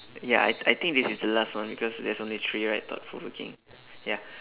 ya I I think this is the last one because there's only three right thought provoking ya